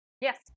Yes